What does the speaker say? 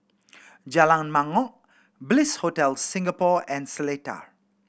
Jalan Mangkok Bliss Hotel Singapore and Seletar